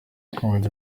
ubuhinzi